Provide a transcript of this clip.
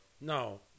No